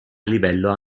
livello